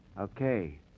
Okay